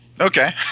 Okay